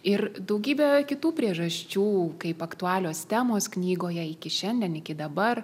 ir daugybę kitų priežasčių kaip aktualios temos knygoje iki šiandien iki dabar